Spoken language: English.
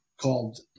called